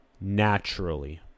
naturally